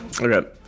Okay